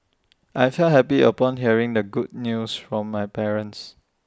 I felt happy upon hearing the good news from my parents